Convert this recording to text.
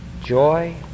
joy